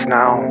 now